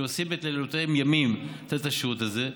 שעושים את לילותיהם ימים כדי לתת את השירות הזה: